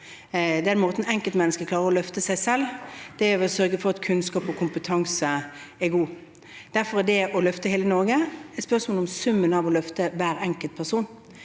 Den måten som enkeltmennesket klarer å løfte seg selv på, er å sørge for god kunnskap og kompetanse. Derfor er det å løfte hele Norge et spørsmål om summen av å løfte hver enkelt person.